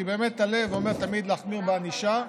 כי הלב אומר תמיד להחמיר בענישה,